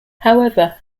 however